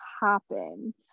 happen